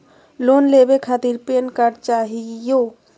Loan लेवे खातीर PAN card चाहियो?